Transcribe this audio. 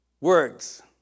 Words